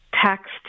text